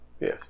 Yes